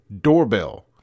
doorbell